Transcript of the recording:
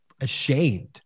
ashamed